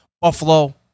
Buffalo